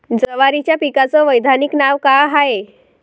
जवारीच्या पिकाचं वैधानिक नाव का हाये?